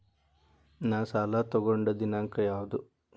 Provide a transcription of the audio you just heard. ನಾ ಸಾಲ ತಗೊಂಡು ದಿನಾಂಕ ಯಾವುದು?